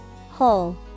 Whole